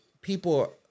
people